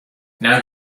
now